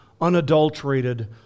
unadulterated